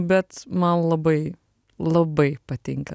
bet man labai labai patinka